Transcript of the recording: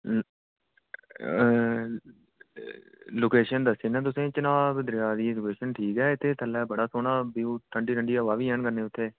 location दस्सी उड़ना तुसेंगी चनाव दरेआ दी लोकेशन ठीक ऐ इत्थै थल्लै बड़ा सोह्ना व्यू ठंडी ठंडी हवा बी हैन कन्नै उत्थै